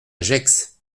gex